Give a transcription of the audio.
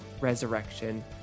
resurrection